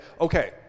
Okay